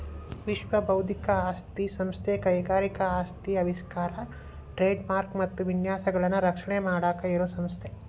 ವಿಶ್ವ ಬೌದ್ಧಿಕ ಆಸ್ತಿ ಸಂಸ್ಥೆ ಕೈಗಾರಿಕಾ ಆಸ್ತಿ ಆವಿಷ್ಕಾರ ಟ್ರೇಡ್ ಮಾರ್ಕ ಮತ್ತ ವಿನ್ಯಾಸಗಳನ್ನ ರಕ್ಷಣೆ ಮಾಡಾಕ ಇರೋ ಸಂಸ್ಥೆ